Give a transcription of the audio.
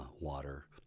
water